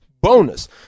bonus